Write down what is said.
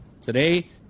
today